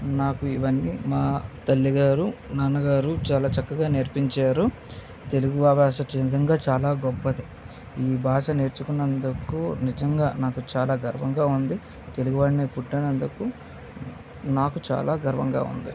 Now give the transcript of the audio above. నాకు ఇవన్నీ మా తల్లిగారు నాన్న గారు చాలా చక్కగా నేర్పించారు తెలుగుభాష నిజంగా చాలా గొప్పది ఈ భాష నేర్చుకునేందుకు నిజంగా నాకు చాలా గర్వంగా ఉంది తెలుగువాడినై పుట్టినందుకు నాకు చాలా గర్వంగా ఉంది